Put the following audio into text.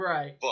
Right